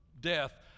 death